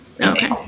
Okay